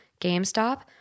GameStop